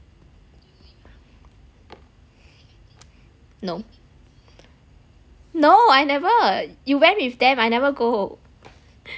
no no I never you went with them I never go